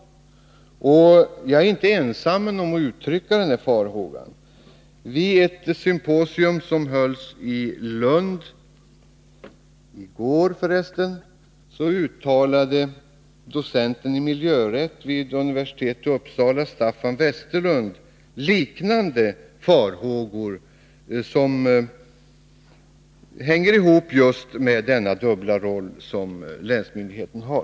Jag är inte ensam om att uttrycka den farhågan. Vid ett symposium som hölls i Lund i går uttalade docenten i miljörätt vid universitetet i Uppsala Staffan Westerlund liknande farhågor, som just hänger ihop med den dubbla roll som länsmyndigheten har.